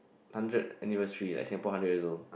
hundred anniversary like Singapore hundred years old